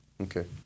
Okay